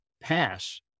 pass